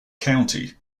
county